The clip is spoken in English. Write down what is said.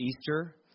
Easter